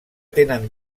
tenen